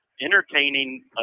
entertaining